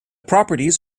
properties